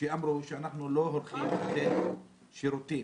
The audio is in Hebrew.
שאמרו שהם לא הולכים לתת שירותים.